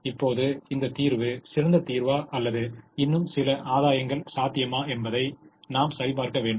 இப்போது இந்த தீர்வு சிறந்த தீர்வா அல்லது இன்னும் சில ஆதாயங்கள் சாத்தியமா என்பதை நாம் சரிபார்க்க வேண்டும்